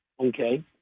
Okay